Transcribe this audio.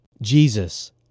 Jesus